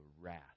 wrath